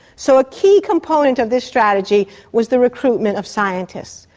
so a key component of this strategy was the recruitment of scientists,